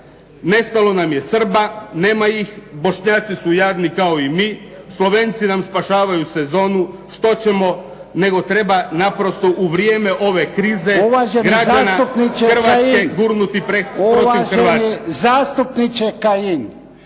Nestalo nam je Srba, nema ih, Bošnjaci su jadni kao i mi, Slovenci nam spašavaju sezonu. Što ćemo? Nego treba naprosto u vrijeme ove krize građana Hrvatske gurnuti .../Govornici